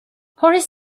horace